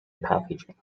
packaging